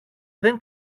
δεν